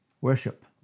Worship